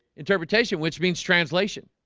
interpretation, which means translation